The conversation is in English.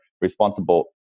responsible